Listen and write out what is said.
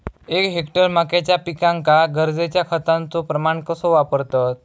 एक हेक्टर मक्याच्या पिकांका गरजेच्या खतांचो प्रमाण कसो वापरतत?